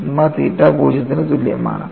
sigma theta 0 ന് തുല്യമാണ്